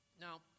Now